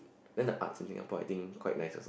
then the arts in Singapore I think quite nice also